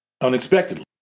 Unexpectedly